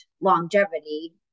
longevity